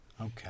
okay